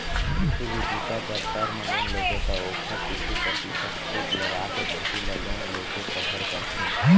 कुछु भी बूता बर टर्म लोन लेबे त ओखर कुछु परतिसत खुद लगाके बाकी ल लोन लेके कभर करथे